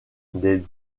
des